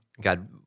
God